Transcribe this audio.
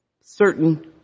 certain